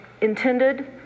intended